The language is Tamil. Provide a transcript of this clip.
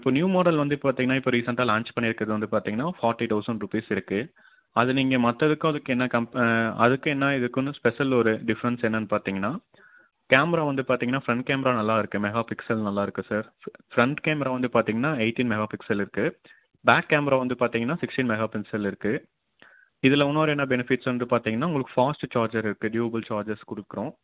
இப்போ நியூ மாடல் வந்து பார்த்தீங்கன்னா இப்போ ரீசண்ட்டா லான்ச் பண்ணிருக்கறது வந்து பார்த்தீங்கன்னா ஃபார்ட்டி தௌசண்ட் ருப்பீஸ் இருக்கு அது நீங்கள் மத்ததுக்கும் அதுக்கும் என்ன கம்ப் அதுக்கும் என்ன இதுக்கு வந்து ஸ்பெசல் ஒரு டிஃப்ரெண்ட்ஸ் என்னென்னு பார்த்தீங்கன்னா கேமரா வந்து பார்த்தீங்கன்னா ஃப்ரெண்ட் கேமரா நல்லாருக்கு மெகா பிக்சல் நல்லாருக்குது சார் ஃப ஃப்ரெண்ட் கேமரா வந்து பார்த்தீங்கன்னா எயிட்டீன் மெகா பிக்சல் இருக்குது பேக் கேமரா வந்து பார்த்தீங்கன்னா சிக்ஸ்ட்டீன் மெகா பிக்சல் இருக்குது இதில் இன்னொரு என்ன பெனிஃபிட்ஸ் வந்து பார்த்தீங்கன்னா உங்களுக்கு ஃபாஸ்ட்டு சார்ஜரு பெடியுவபிள் சார்ஜர்ஸ் கொடுக்கறோம்